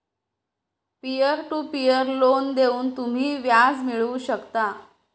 peer to peer loan देऊन तुम्ही व्याज मिळवू शकता